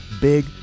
big